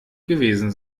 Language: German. gewesen